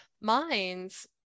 minds